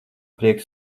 prieks